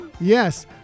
yes